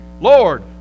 Lord